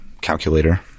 calculator